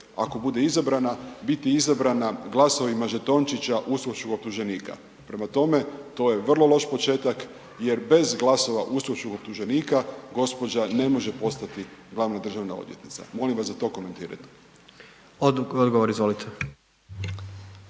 ako bude izabrana, biti izabrana glasovima žetončića uskočkog optuženika. Prema tome, to je vrlo loš početak jer bez glasova uskočkog optuženika gđa. ne može postati glavna državna odvjetnica. Molim vas da to komentirate. **Jandroković,